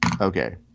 Okay